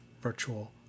virtual